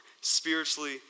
spiritually